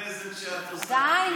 זה לא היה מופעל, יואב.